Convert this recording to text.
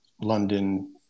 London